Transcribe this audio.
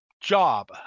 job